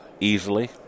easily